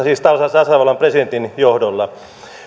siis tasavallan presidentin johdolla